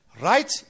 right